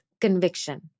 conviction